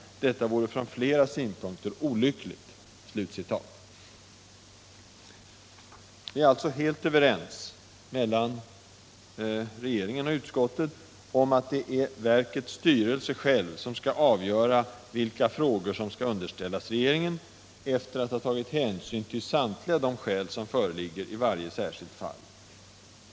Detta vore från flera synpunkter olyckligt.” Regeringen och utskottet är helt överens om att det är verkets styrelse som själv skall avgöra vilka frågor som skall underställas regeringen efter att man tagit hänsyn till samtliga de skäl som föreligger i varje särskilt Nr 28 fall.